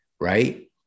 right